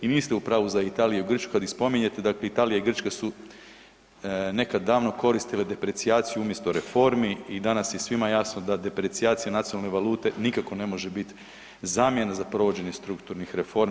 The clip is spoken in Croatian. I niste u pravu za Italiju i Grčku kad ih spominjete, dakle i Italija i Grčka su nekad davno koristile deprecijaciju umjesto reformi i danas je svima jasno da deprecijacija nacionalne valute nikako ne može bit zamjena za provođenje strukturnih reformi.